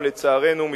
לצערנו,